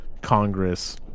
Congress